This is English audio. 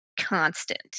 constant